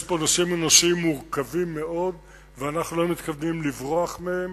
יש פה נושאים אנושיים מורכבים מאוד ואנחנו לא מתכוונים לברוח מהם.